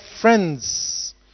friends